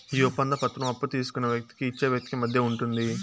ఈ ఒప్పంద పత్రం అప్పు తీసుకున్న వ్యక్తికి ఇచ్చే వ్యక్తికి మధ్య ఉంటుంది